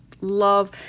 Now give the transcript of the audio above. love